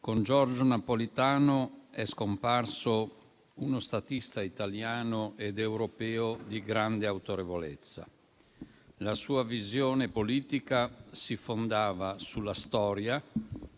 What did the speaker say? con Giorgio Napolitano è scomparso uno statista italiano ed europeo di grande autorevolezza. La sua visione politica si fondava sulla storia,